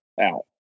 out